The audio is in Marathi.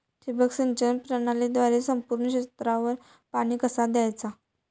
ठिबक सिंचन प्रणालीद्वारे संपूर्ण क्षेत्रावर पाणी कसा दयाचा?